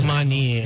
Money